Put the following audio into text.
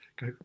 go